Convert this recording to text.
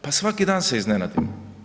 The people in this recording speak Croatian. Pa svaki dan se iznenadimo.